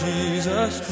Jesus